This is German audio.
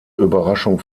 überraschung